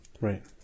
Right